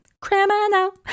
Criminal